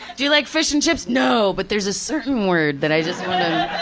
do you like fish and chips? no, but there's a certain word that i just